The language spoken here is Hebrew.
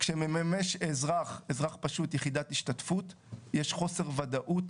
כשאזרח פשוט מממש יחידת השתתפות יש חוסר ודאות,